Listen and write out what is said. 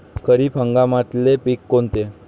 खरीप हंगामातले पिकं कोनते?